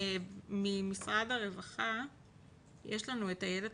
ממשרד הרווחה את איילת